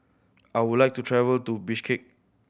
I would like to travel to Bishkek